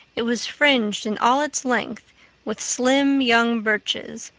it was fringed in all its length with slim young birches,